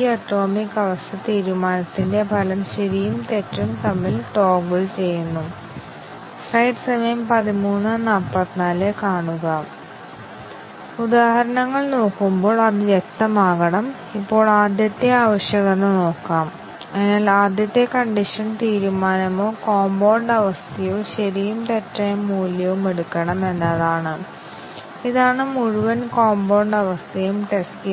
രണ്ടാമത്തെ പ്രശ്നം വേരിയബിളുകൾക്കിടയിലുള്ള ഡിപെൻഡൻസി ആണ് ഉദാഹരണത്തിന് നമ്മൾ ഒരു ക്യാരക്റ്റർ പരിശോധിക്കുകയാണെങ്കിൽ അത് ഒരു ക്യാരക്റ്റർ വായിക്കുകയും അത് A അല്ലെങ്കിൽ E ആണോ എന്ന് പരിശോധിക്കുകയും ചെയ്യുന്നുവെങ്കിൽ